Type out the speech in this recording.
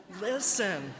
Listen